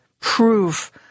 proof